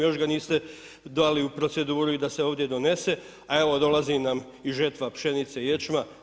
Još ga niste dali u proceduru i da se ovdje donese, a evo dolazi nam i žetva pšenice i ječma.